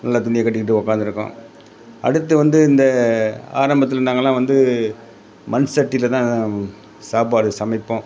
நல்லா துணியைக்கட்டிக்கிட்டு உட்காந்திருக்கோம் அடுத்து வந்து இந்த ஆரம்பத்தில் நாங்கள்லாம் வந்து மண்சட்டியிலதான் சாப்பாடு சமைப்போம்